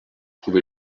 trouvé